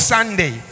Sunday